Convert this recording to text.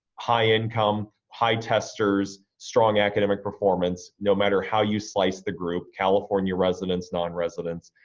high income, high testers, strong academic performance, no matter how you slice the group, california residents, non-residents,